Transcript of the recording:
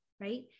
right